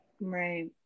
Right